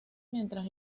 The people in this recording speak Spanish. mientras